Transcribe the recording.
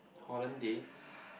Hollandaise